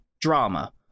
drama